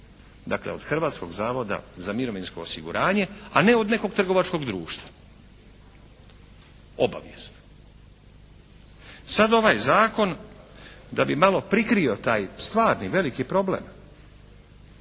Dakle, od Hrvatskog zavoda za mirovinsko osiguranje a ne od nekog trgovačkog društva. Obavijest. Sad ovaj zakon, da bi malo prikrio taj stvarni veliki problem